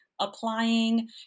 applying